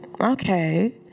okay